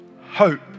Hope